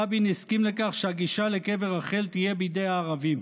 רבין הסכים לכך שהגישה לקבר רחל תהיה בידי הערבים.